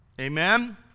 Amen